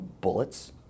bullets